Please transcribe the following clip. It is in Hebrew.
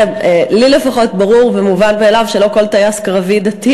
לי לפחות ברור ומובן מאליו שלא כל טייס קרבי דתי